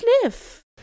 sniff